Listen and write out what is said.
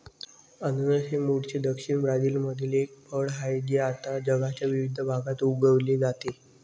अननस हे मूळचे दक्षिण ब्राझीलमधील एक फळ आहे जे आता जगाच्या विविध भागात उगविले जाते